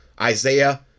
Isaiah